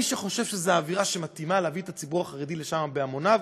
מי שחושב שזו אווירה שמתאים להביא את הציבור החרדי לשם בהמוניו,